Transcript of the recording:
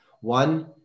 one